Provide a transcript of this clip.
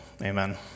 Amen